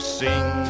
sing